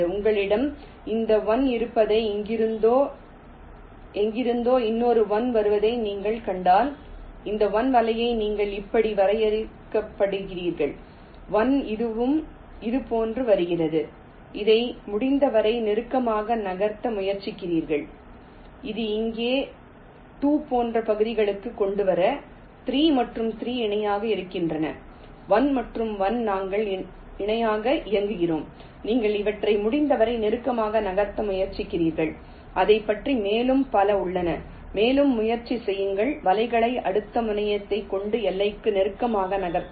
உங்களிடம் இந்த 1 இருப்பதையும் எங்கிருந்தோ இன்னொரு 1 வருவதையும் நீங்கள் கண்டால் இந்த 1 வலையை நீங்கள் இப்படி வரையப்பட்டிருக்கிறீர்கள் 1 இதுவும் இதுபோன்று வருகிறது இதை முடிந்தவரை நெருக்கமாக நகர்த்த முயற்சிக்கிறீர்கள் இது இங்கே 2 போன்ற பகுதிகளுக்கு கொண்டு வர 3 மற்றும் 3 இணையாக இயங்குகின்றன 1 மற்றும் 1 நாங்கள் இணையாக இயங்குகிறோம் நீங்கள் அவற்றை முடிந்தவரை நெருக்கமாக நகர்த்த முயற்சிக்கிறீர்கள் அதைப் பற்றி மேலும் பல உள்ளன மேலும் முயற்சி செய்யுங்கள் வலைகளை அடுத்த முனையத்தைக் கொண்ட எல்லைக்கு நெருக்கமாக நகர்த்தவும்